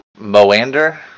Moander